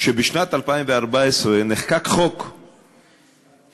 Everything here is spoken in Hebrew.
שבשנת 2014 נחקק חוק המזון,